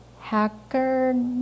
Hacker